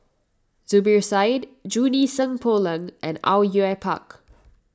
Zubir Said Junie Sng Poh Leng and Au Yue Pak